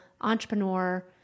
entrepreneur